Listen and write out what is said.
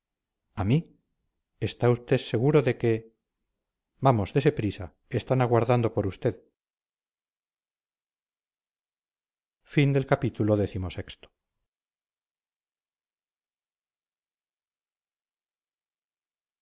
a mí está usted seguro de que vamos dese prisa están aguardando por usted